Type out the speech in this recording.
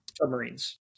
submarines